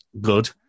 good